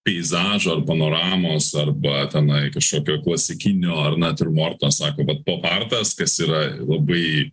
peizažo ar panoramos arba tenai kažkokio klasikinio ar natiurmorto sako vat popartas kas yra labai